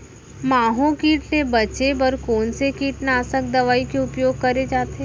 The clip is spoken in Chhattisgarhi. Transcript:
माहो किट ले बचे बर कोन से कीटनाशक दवई के उपयोग करे जाथे?